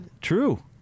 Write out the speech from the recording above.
True